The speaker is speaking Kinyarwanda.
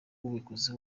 ubikoze